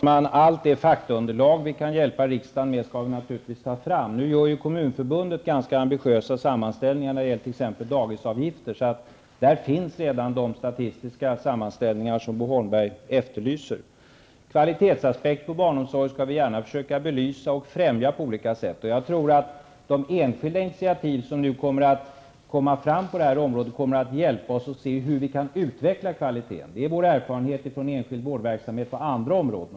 Herr talman! Vi skall naturligtvis ta fram allt det faktaunderlag vi kan hjälpa riksdagen med. Nu gör ju Kommunförbundet ganska ambitiösa sammanställningar när det gäller t.ex. dagisavgifter. Där finns alltså redan de statistiska sammanställningar som Bo Holmberg efterlyser. Kvalitetsaspekten på barnomsorgen skall vi gärna försöka belysa och främja på olika sätt. Jag tror att de enskilda initiativ som kommer att komma fram på det här området kan hjälpa oss att se hur vi kan utveckla kvaliteten. Det är vår erfarenhet från enskild vårdverksamhet på andra områden.